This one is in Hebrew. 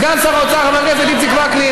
סגן שר האוצר חבר הכנסת יצחק כהן,